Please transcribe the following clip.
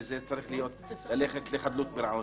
וזה צריך ללכת לחדלות פירעון.